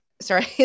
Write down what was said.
Sorry